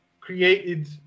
created